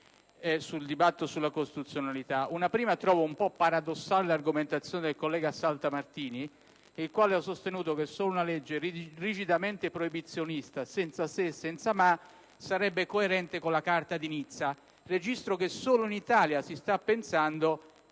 in merito alla costituzionalità. In primo luogo, trovo un po' paradossale l'argomentazione addotta dal collega, senatore Saltamartini, che ha sostenuto che solo una legge rigidamente proibizionista senza se e senza ma sarebbe coerente con la Carta di Nizza. Registro che solo in Italia si sta andando